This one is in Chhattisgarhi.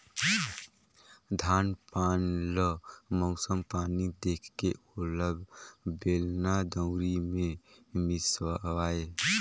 धान पान ल मउसम पानी देखके ओला बेलना, दउंरी मे मिसवाए